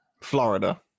Florida